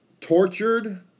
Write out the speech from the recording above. tortured